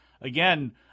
again